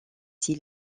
ces